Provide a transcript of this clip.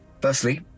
Firstly